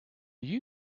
you